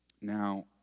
Now